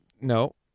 No